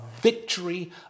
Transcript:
victory